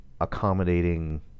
accommodating